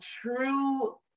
true